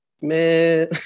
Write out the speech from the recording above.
Man